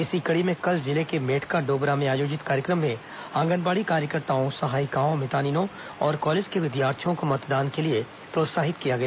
इसी कड़ी में कल जिले के मेंडका डोबरा में आयोजित कार्यक्रम में आंगनबाड़ी कार्यकर्ताओं सहायिकाओं मितानिनों और कॉलेज के विद्यार्थियों को मतदान के लिए प्रोत्साहित किया गया